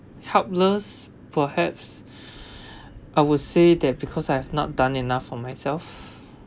helpless perhaps I would say that because I have not done enough for myself